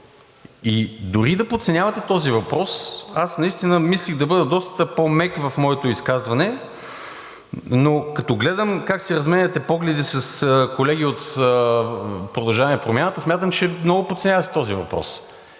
И дори и да подценявате този въпрос, аз наистина мислех да бъде доста по-мек в моето изказване, но като гледам как си разменяте погледи с колеги от „Продължаваме Промяната“, смятам, че много подценявате този въпрос.